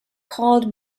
called